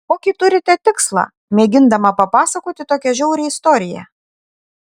kokį turite tikslą mėgindama papasakoti tokią žiaurią istoriją